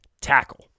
tackle